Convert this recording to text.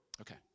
Okay